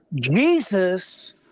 Jesus